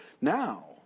now